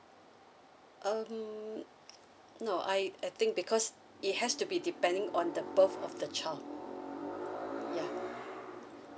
um no I I think because it has to be depending on the birth of the child yeah